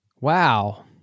wow